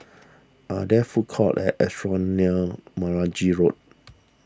are there food courts and near Meragi Road